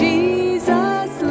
Jesus